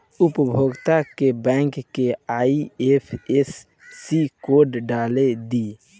उपभोगता के बैंक के आइ.एफ.एस.सी कोड डाल दी